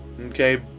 Okay